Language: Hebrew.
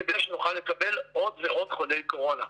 כדי שנוכל לקבל עוד ועוד חולי קורונה.